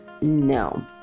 No